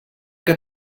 que